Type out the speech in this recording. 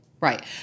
Right